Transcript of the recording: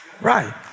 Right